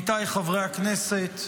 עמיתיי חברי הכנסת,